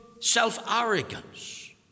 self-arrogance